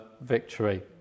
victory